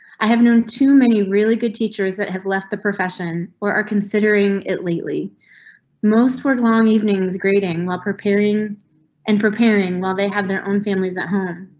i have known too many really good teachers that have left the profession or are considering it. lately most were long evenings grading while preparing and preparing while they have their own families at home.